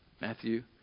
Matthew